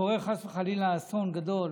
כשקורה חס וחלילה אסון גדול